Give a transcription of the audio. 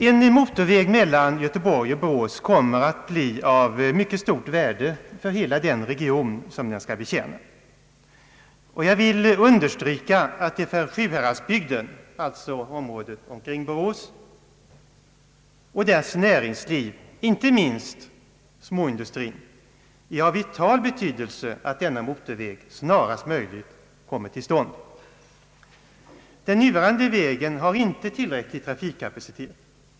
En motorväg mellan Göteborg och Borås kommer att bli av mycket stort värde för hela den region som den skall betjäna. Jag vill understryka att det för Sjuhäradsbygden — alltså området omkring Borås — och dess näringsliv, inte minst småindustrin, är av vital betydelse att denna motorväg snarast möjligt kommer till stånd. Den nuvarande vägen har inte tillräcklig trafikkapacitet.